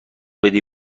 بدی